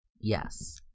Yes